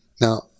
Now